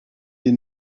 des